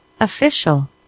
official